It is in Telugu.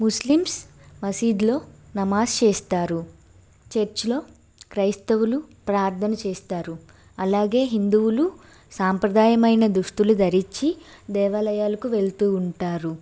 ముస్లిమ్స్ మసీదులో నమాజ్ చేస్తారు చర్చిలో క్రైస్తవులు ప్రార్ధన చేస్తారు అలాగే హిందువులు సాంప్రదాయమైన దుస్తులు ధరించి దేవాలయాలకు వెళుతు ఉంటారు